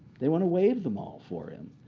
they want to wave them all for him.